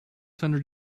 hundred